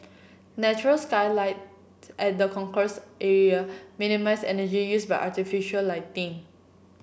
natural skylights at the concourse area minimise energy used by artificial lighting